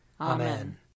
Amen